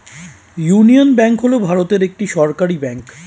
union bank হল ভারতের একটি সরকারি ব্যাঙ্ক